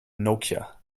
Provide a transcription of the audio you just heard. nokia